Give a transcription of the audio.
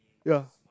ya